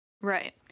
right